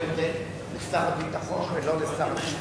שר הביטחון ולא שר המשפטים.